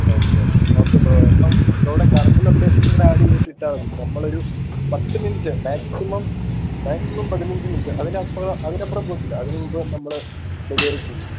okay okay bro അപ്പം ബ്രോയുടെ current ലൊക്കേഷനും കൂടെ ആഡ് ചെയ്തിട്ടിട്ടാല് മതി നമ്മളൊരു പത്ത് മിനിറ്റ് മാക്സിമം മാക്സിമം പതിനഞ്ച് മിനിറ്റ് അതിനപ്പുറം അതിനപ്പുറം പോകില്ല അതിനുമുമ്പ് നമ്മള് ഡെലിവറി ചെയ്യും